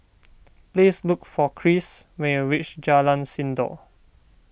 please look for Cris when you reach Jalan Sindor